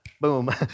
boom